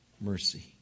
mercy